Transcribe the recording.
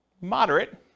Moderate